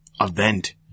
event